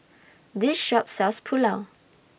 This Shop sells Pulao